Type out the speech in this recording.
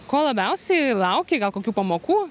ko labiausiai laukei gal kokių pamokų